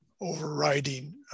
overriding